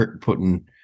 putting